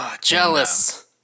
jealous